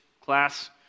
class